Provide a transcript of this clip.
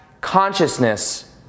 consciousness